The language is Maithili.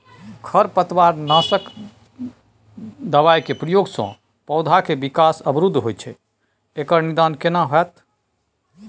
खरपतवार नासक दबाय के प्रयोग स पौधा के विकास अवरुध होय छैय एकर निदान केना होतय?